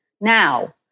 now